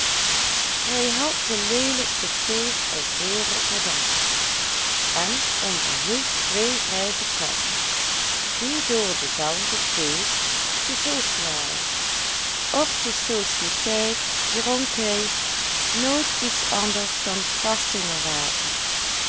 hij had de leelijkste teef uit heel rotterdam en onderhield twee grijze katten die door dezelve teef gezoogd waren op de sociëteit dronk hij nooit iets anders dan